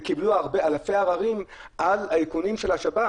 וקיבלו אלפי עררים על האיכונים של השב"כ.